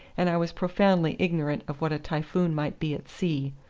and i was profoundly ignorant of what a typhoon might be at sea.